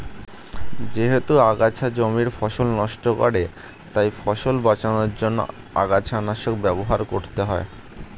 যেহেতু আগাছা জমির ফসল নষ্ট করে তাই ফসল বাঁচানোর জন্য আগাছানাশক ব্যবহার করতে হয়